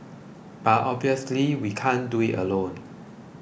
but obviously we can't do it alone